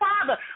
Father